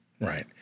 Right